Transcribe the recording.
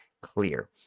clear